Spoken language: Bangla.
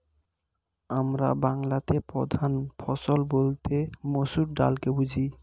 আমরা বাংলাতে প্রধান ফসল বলতে মসুর ডালকে বুঝি